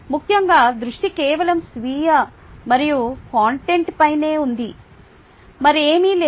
ముఖ్యంగా దృష్టి కేవలం స్వీయ మరియు కంటెంట్పైనే ఉంది మరేమీ లేదు